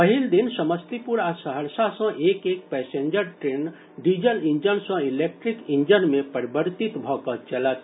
पहिल दिन समस्तीपुर आ सहरसा सॅ एक एक पैंसेजर ट्रेन डीजल इंजन सॅ इलेक्ट्रीक इंजन मे परिवर्तित भऽकऽ चलत